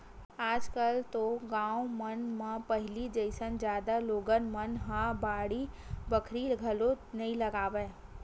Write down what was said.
आज कल तो गाँव मन म पहिली जइसे जादा लोगन मन ह बाड़ी बखरी घलोक नइ लगावय